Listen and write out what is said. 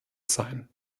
sein